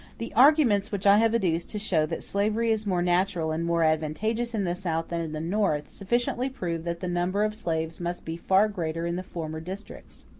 the arguments which i have adduced to show that slavery is more natural and more advantageous in the south than in the north, sufficiently prove that the number of slaves must be far greater in the former districts.